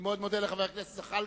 אני מאוד מודה לחבר הכנסת זחאלקה.